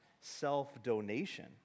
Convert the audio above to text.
self-donation